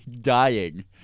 dying